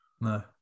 no